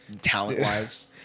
talent-wise